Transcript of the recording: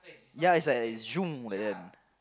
ya is like is zoom like that